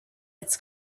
its